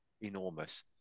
enormous